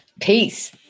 Peace